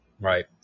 right